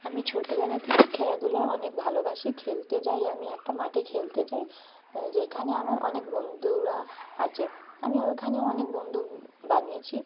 আমি ছোটবেলা থেকেই খেলাধুলা অনেক ভালোবাসি খেলতে যাই আমি একটা মাঠে খেলতে যাই যেখানে আমার অনেক বন্ধুরা আছে আমি ওখানে অনেক বন্ধু বানিয়েছি